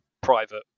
private